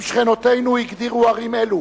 אם שכנותינו הגדירו ערים אלו